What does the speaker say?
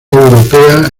europea